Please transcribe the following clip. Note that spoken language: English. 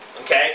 Okay